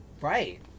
Right